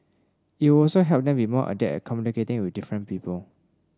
it would also help them be more adept at communicating with different people